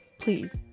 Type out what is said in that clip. please